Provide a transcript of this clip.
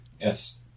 Yes